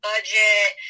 budget